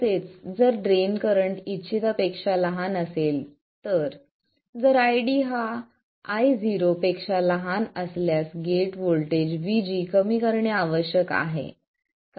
तसेच जर drain current इच्छितपेक्षा लहान असेल तर जर ID हा Io पेक्षा लहान असल्यास गेट व्होल्टेज VG कमी करणे आवश्यक आहे